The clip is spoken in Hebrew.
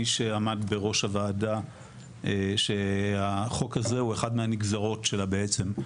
מי שעמד בראש הוועדה שהחוק הזה הוא אחד מהנגזרות שלה בעצם.